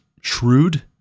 shrewd